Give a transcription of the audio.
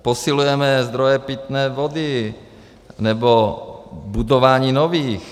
Posilujeme zdroje pitné vody nebo budování nových.